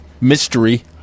mystery